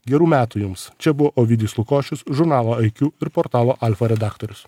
gerų metų jums čia buvo ovidijus lukošius žurnalo iq ir portalo alfa redaktorius